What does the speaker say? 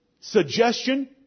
suggestion